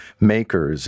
makers